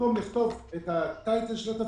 במקום לכתוב את התואר של התפקיד,